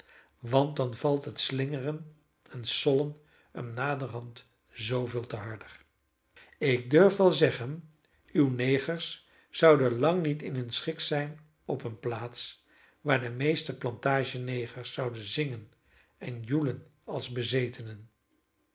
want dan valt het slingeren en sollen hem naderhand zooveel te harder ik durf wel zeggen uwe negers zouden lang niet in hun schik zijn op eene plaats waar de meeste plantage negers zouden zingen en joelen als bezetenen